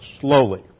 slowly